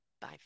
bye